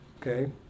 okay